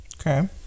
Okay